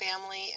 family